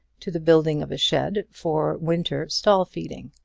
to the building of a shed for winter stall-feeding.